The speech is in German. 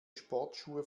sportschuhe